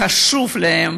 חשוב להם.